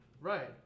Right